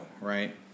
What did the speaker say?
Right